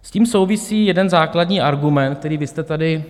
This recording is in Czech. S tím souvisí jeden základní argument, který vy jste tady...